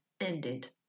ended